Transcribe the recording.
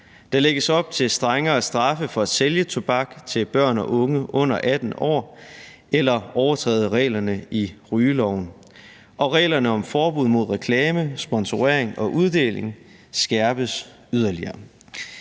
Der lægges op til strengere straffe for at sælge tobak til børn og unge under 18 år eller overtræde reglerne i rygeloven. Reglerne om forbud mod reklame, sponsorering og uddeling skærpes yderligere.